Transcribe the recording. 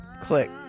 click